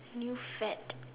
new fad